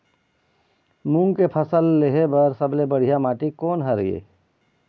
मूंग के फसल लेहे बर सबले बढ़िया माटी कोन हर ये?